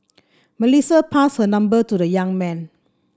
Melissa passed her number to the young man